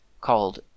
called